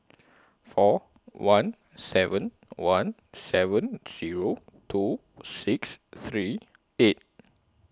four one seven one seven Zero two six three eight